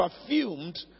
perfumed